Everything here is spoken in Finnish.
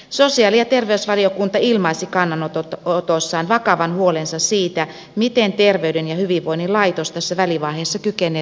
sosiaali ja terveysvaliokunta ilmaisi kannanotossaan vakavan huolensa siitä miten terveyden ja hyvinvoinnin laitos tässä välivaiheessa kykenee suoriutumaan tehtävästään